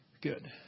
Good